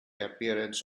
appearance